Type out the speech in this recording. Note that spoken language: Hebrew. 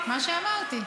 מה שאמרתי,